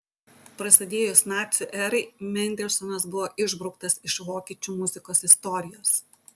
prasidėjus nacių erai mendelsonas buvo išbrauktas iš vokiečių muzikos istorijos